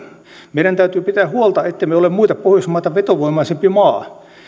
meidän täytyy pitää huolta ettemme ole muita pohjoismaita vetovoimaisempi maa